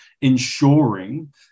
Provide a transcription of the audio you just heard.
ensuring